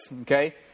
okay